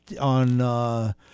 on